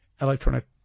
electronic